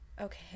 Okay